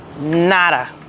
Nada